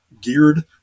geared